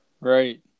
Right